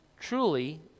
truly